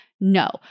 No